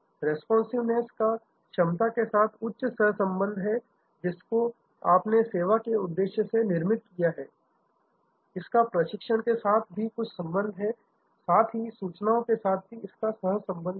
responsiveness का क्षमता के साथ उच्च सहसंबंध है जिसको आपने सेवा के उद्देश्य से निर्मित किया है इसका प्रशिक्षण के साथ भी कुछ संबंध है तथा साथ ही सूचनाओं के साथ भी इसका सहसंबंध है